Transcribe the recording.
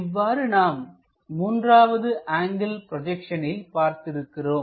இவ்வாறு நாம் 3வது அங்கிள் ப்ஜெக்சனில் பார்த்திருக்கிறோம்